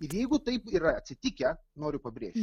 lygu taip yra atsitikę noriu pabrėžt